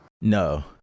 No